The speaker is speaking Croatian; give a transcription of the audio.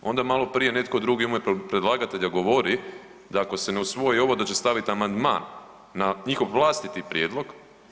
Onda je malo prije netko drugi u ime predlagatelja govori da ako se ne usvoji ovo da će staviti amandman na njihov vlastiti prijedlog.